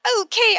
okay